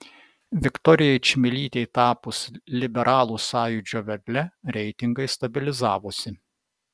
viktorijai čmilytei tapus liberalų sąjūdžio vedle reitingai stabilizavosi